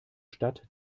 stadt